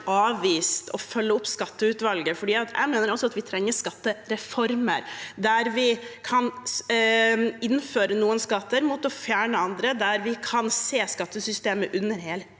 avvist å følge opp skatteutvalget, for jeg mener at vi trenger skattereformer der vi kan innføre noen skatter mot å fjerne andre, der vi kan se skattesystemet i helhet.